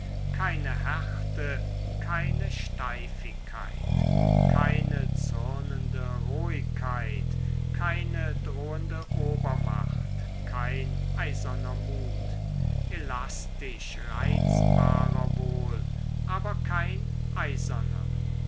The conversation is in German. keine härte keine steifigkeit keine zürnende rohigkeit keine drohende obermacht kein eiserner mut elastisch reizbarer wohl aber kein eiserner